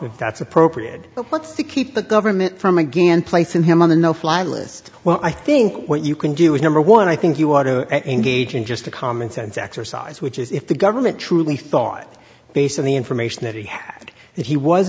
if that's appropriate but what's to keep the government from again placing him on the no fly list well i think what you can do is number one i think you are to engage in just a common sense exercise which is if the government truly thought based on the information that he had that he was